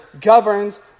governs